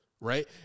right